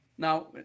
Now